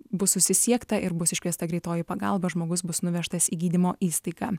bus susisiekta ir bus iškviesta greitoji pagalba žmogus bus nuvežtas į gydymo įstaigą